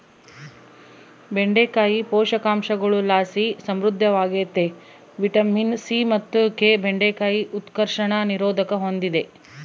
ಬೆಂಡೆಕಾಯಿ ಪೋಷಕಾಂಶಗುಳುಲಾಸಿ ಸಮೃದ್ಧವಾಗ್ಯತೆ ವಿಟಮಿನ್ ಸಿ ಮತ್ತು ಕೆ ಬೆಂಡೆಕಾಯಿ ಉತ್ಕರ್ಷಣ ನಿರೋಧಕ ಹೂಂದಿದೆ